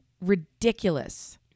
ridiculous